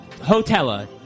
Hotella